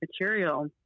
material